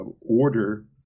order